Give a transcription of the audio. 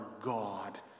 God